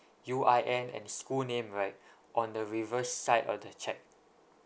U_I_N and school name right on the reverse side of the cheque